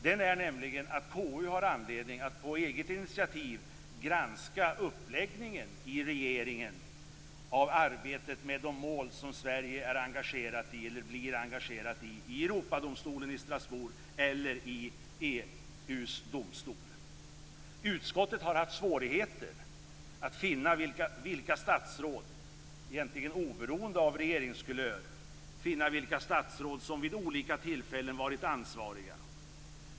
Den är nämligen att KU har anledning att på eget initiativ granska regeringens uppläggning av arbetet med de mål som Sverige är eller blir engagerat i i Europadomstolen i Strasbourg eller i Utskottet har haft svårigheter att finna vilka statsråd, egentligen oberoende av regeringskulör, som vid olika tillfällen varit ansvariga.